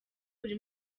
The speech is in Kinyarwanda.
buri